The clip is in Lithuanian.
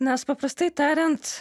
nes paprastai tariant